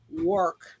work